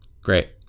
Great